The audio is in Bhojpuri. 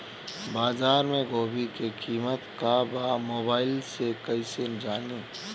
बाजार में गोभी के कीमत का बा मोबाइल से कइसे जानी?